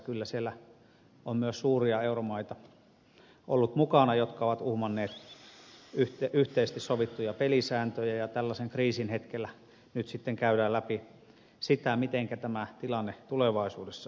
kyllä siellä on ollut mukana myös suuria euromaita jotka ovat uhmanneet yhteisesti sovittuja pelisääntöjä ja tällaisen kriisin hetkellä nyt sitten käydään läpi sitä mitenkä tämä tilanne tulevaisuudessa voidaan välttää